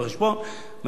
במחשב הם